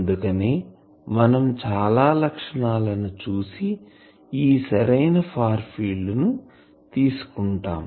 అందుకనే మనం చాలా లక్షణాలని చూసి ఈ సరైన ఫార్ ఫీల్డ్ ను తీసుకుంటాం